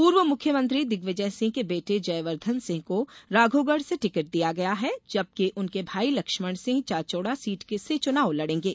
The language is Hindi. पूर्व मुख्यमंत्री दिग्विजय सिंह के बेटे जयवर्धन सिंह को राघौगढ़ से टिकट दिया गया है जबकि उनके भाई लक्ष्मण सिंह चाचौड़ा सीट से चुनाव लड़ेंगे